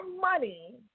money